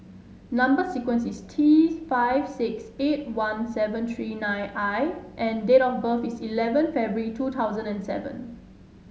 number sequence is T five six eight one seven three nine I and date of birth is eleven February two thousand and seven